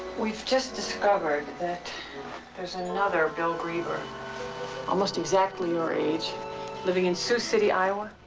we've just discovered that there's another bill greeber almost exactly your age living in sioux city, iowa.